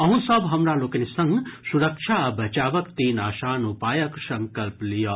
अहूँ सभ हमरा लोकनि संग सुरक्षा आ बचावक तीन आसान उपायक संकल्प लियऽ